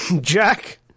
Jack